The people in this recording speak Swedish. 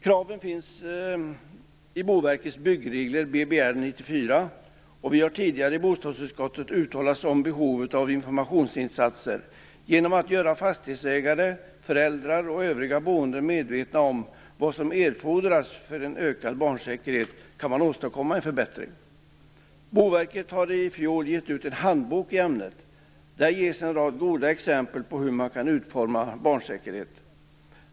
Kraven finns i Boverkets byggregler BBR 94. Vi har tidigare i bostadsutskottet uttalat oss om behovet av informationsinsatser. Genom att göra fastighetsägare, föräldrar och övriga boende medvetna om vad som erfordras för en ökad barnsäkerhet kan man åstadkomma en förbättring. Boverket gav i fjol ut en handbok i ämnet. Där ges en rad goda exempel på hur man kan utforma barnsäkerhet.